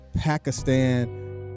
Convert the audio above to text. Pakistan